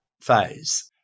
phase